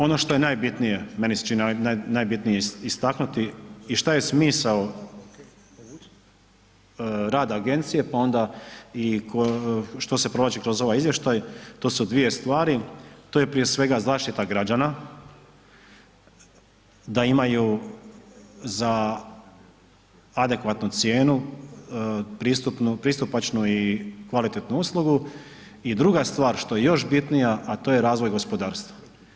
Ono što je najbitnije, meni se čini najbitnije istaknuti i šta je smisao rada agencija pa onda i što se provlači kroz ovaj izvještaj, to su dvije stvari, to je prije svega zaštita građana, da imaju za adekvatnu cijenu, pristupačnu i kvalitetnu uslugu i druga stvar što je još bitnija a to je razvoj gospodarstva.